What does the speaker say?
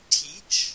teach